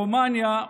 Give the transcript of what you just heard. או רומניה,